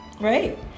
right